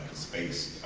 space